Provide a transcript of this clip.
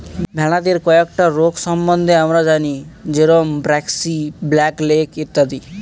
ভেড়াদের কয়েকটা রোগ সম্বন্ধে আমরা জানি যেরম ব্র্যাক্সি, ব্ল্যাক লেগ ইত্যাদি